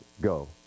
go